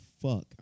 fuck